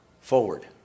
forward